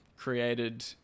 created